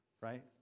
right